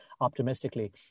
optimistically